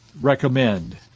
recommend